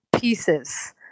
pieces